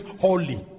holy